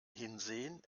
hinsehen